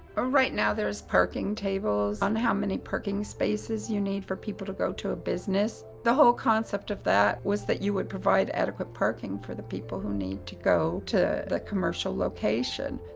ah right now there's parking tables on how many parking spaces you need for people to go to a business. the whole concept of that was you would provide adequate parking for the people who need to go to the commercial location.